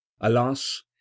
alas